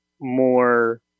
more